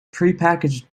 prepackaged